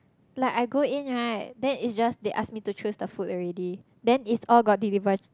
like I go in right then it's just they ask me to choose the food already then it's all got deliver